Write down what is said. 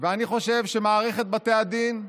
ואני חושב שצריכים לחזק שאת מערכת בתי הדין.